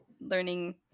learning